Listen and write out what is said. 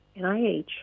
NIH